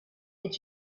est